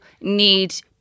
need